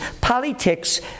politics